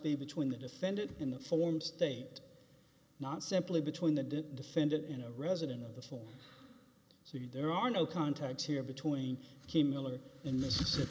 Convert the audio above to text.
be between the defendant in the form state not simply between the defendant in a resident of the hole so you there are no contacts here between him miller in mississippi